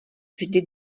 vždy